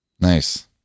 Nice